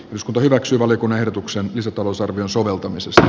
moskova hyväksyy valiokunnan ehdotuksen lisätalousarvion soveltamisesta